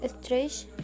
stretch